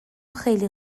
خیلی